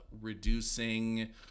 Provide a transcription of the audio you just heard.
reducing